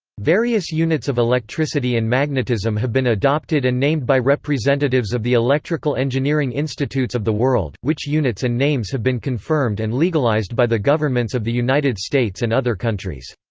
various units of electricity and magnetism have been adopted and named by representatives of the electrical engineering institutes of the world, which units and names have been confirmed and legalized by the governments of the united states and other countries.